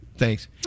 Thanks